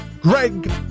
Greg